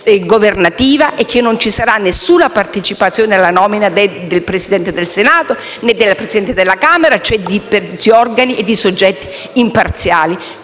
e che non ci sarà nessuna partecipazione alla nomina del Presidente del Senato, né della Presidente della Camera, cioè di organi e soggetti imparziali.